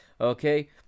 Okay